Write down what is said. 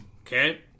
Okay